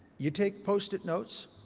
you take post-it notes.